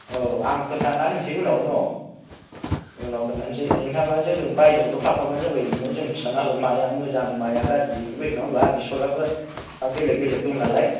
औ आं खोन्थाना होनोसै उनाव न उनाव खोन्थानोसै नोंथाङा जोंजों बायनायावल' थाफाब्लानो जाबाय नोङो जों खिन्थाना होगोन माया मोजां माया गाज्रि इफोरबायदि नङा होमब्ला बेसराबो बेलेक बेलेक दं नालाय